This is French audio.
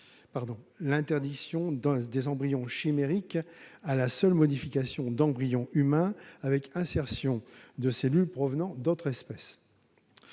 l'interdiction des embryons chimériques à la seule modification d'embryons humains avec insertion de cellules provenant d'autres espèces.